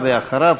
ואחריו,